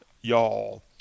y'all